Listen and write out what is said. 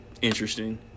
interesting